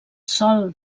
sòl